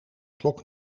klok